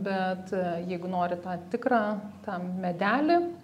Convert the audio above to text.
bet jeigu nori tą tikrą tą medelį